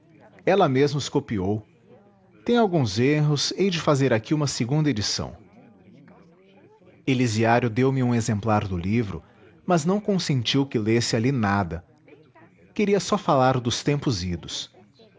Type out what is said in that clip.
ela mesma os copiou tem alguns erros hei de fazer aqui uma segunda edição elisiário deu-me um exemplar do livro mas não consentiu que lesse ali nada queria só falar dos tempos idos